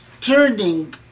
turning